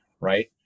Right